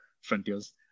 frontiers